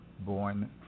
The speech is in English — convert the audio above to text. Born